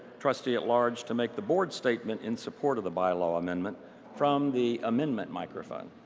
trustee-at-large, to make the board's statement in support of the bylaw amendment from the amendment microphone.